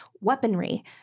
weaponry